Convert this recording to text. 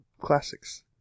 classics